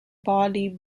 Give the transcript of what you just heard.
barley